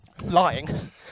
lying